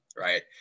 right